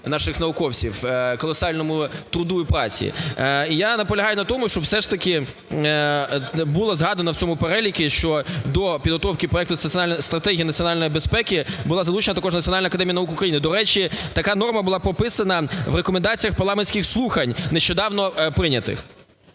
наших науковців, колосальному труду і праці. Я наполягаю на тому, щоб все ж таки було згадано в цьому переліку, що до підготовки проекту Стратегії національної безпеки була залучена також Національна академія наук України. До речі, така норма була прописана в Рекомендаціях парламентських слухань, нещодавно прийнятих.